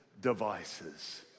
devices